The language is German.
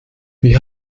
wie